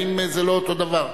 האם זה לא אותו דבר.